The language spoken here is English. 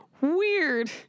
weird